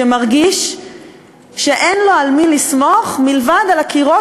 שמרגיש שאין לו על מי לסמוך מלבד על הקירות